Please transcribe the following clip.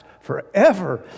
forever